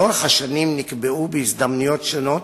לאורך השנים נקבעו, בהזדמנויות שונות,